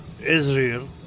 Israel